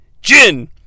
Jin